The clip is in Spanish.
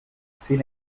sin